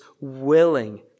willing